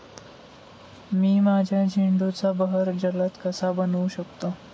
मी माझ्या झेंडूचा बहर जलद कसा बनवू शकतो?